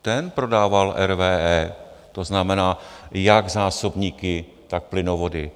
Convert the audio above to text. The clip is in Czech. Ten prodával RWE, to znamená jak zásobníky, tak plynovody.